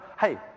hey